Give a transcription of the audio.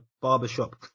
barbershop